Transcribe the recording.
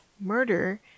murder